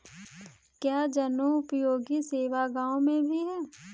क्या जनोपयोगी सेवा गाँव में भी है?